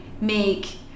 make